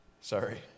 sorry